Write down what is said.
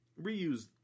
Reuse